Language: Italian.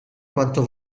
quanto